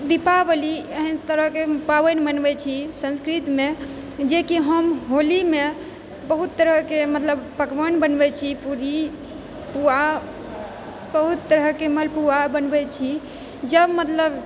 दीपावली एहन तरहके पाबनि मनबै छी संस्कृतमे जेकि हम होलीमे बहुत तरहके मतलब पकवान बनबै छी पूड़ी पुआ बहुत तरहके मलपुआ बनबै छी जब मतलब